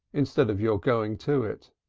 instead of your going to it.